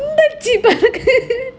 ரொம்ப இருக்கு:romba irukku